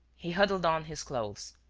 he huddled on his clothes,